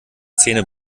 zähne